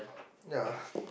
ya